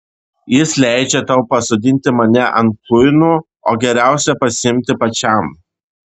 jis leidžia tau pasodinti mane ant kuinų o geriausią pasiimti pačiam